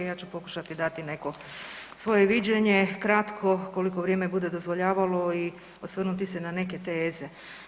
Ja ću pokušati dati neko svoje viđenje kratko koliko vrijeme bude dozvoljavalo i osvrnuti se na neke teze.